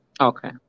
Okay